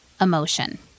emotion